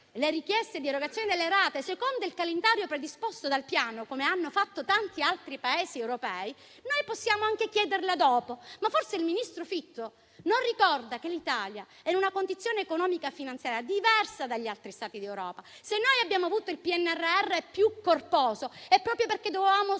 le richieste di erogazione delle rate secondo il calendario predisposto dal Piano - come hanno fatto tanti altri Paesi europei - noi possiamo anche chiederle dopo. Forse però il ministro Fitto non ricorda che l'Italia è in una condizione economico-finanziaria diversa dagli altri Stati d'Europa: se noi abbiamo avuto il PNRR più corposo, è proprio perché dovevamo